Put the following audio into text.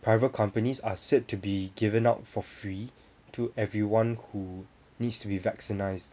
private companies are said to be given out for free to everyone who needs to be vaccinised